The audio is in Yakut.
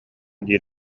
диир